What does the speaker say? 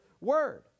word